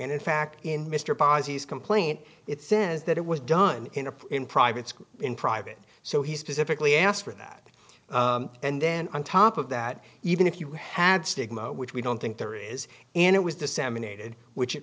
and in fact in mr posses complaint it says that it was done in a in private school in private so he specifically asked for that and then on top of that even if you had stigma which we don't think there is and it was disseminated which it